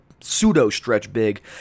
pseudo-stretch-big